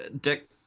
Dick